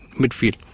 midfield